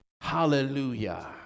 Hallelujah